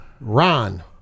Ron